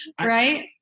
Right